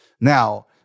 Now